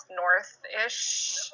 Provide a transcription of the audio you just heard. north-ish